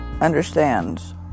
understands